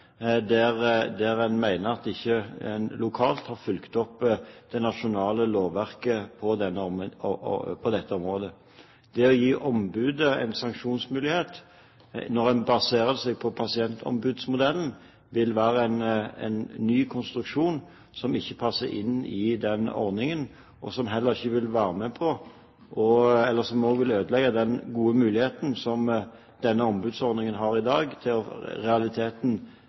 der en mener at en lokalt ikke har fulgt opp det nasjonale lovverket på dette området. Å gi ombudet en sanksjonsmulighet når en baserer seg på pasientombudsmodellen, vil være en ny konstruksjon, som ikke passer inn i den ordningen, og som også vil ødelegge den gode muligheten som denne ombudsordningen har i dag til i realiteten å